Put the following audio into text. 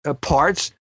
parts